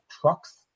trucks